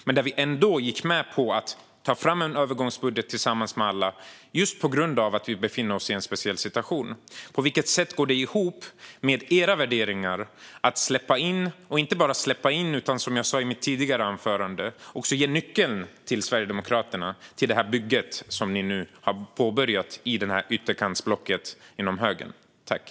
Vi gick ändå med på att ta fram en övergångsbudget tillsammans med alla just på grund av att vi befinner oss i en speciell situation. På vilket sätt går det ihop med era värderingar att inte bara släppa in utan också - som jag sa i mitt tidigare anförande - ge nyckeln till Sverigedemokraterna till det bygge som ni inom högern och på ytterkantsblocket har påbörjat?